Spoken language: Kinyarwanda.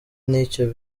nicyo